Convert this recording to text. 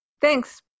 Thanks